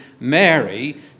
Mary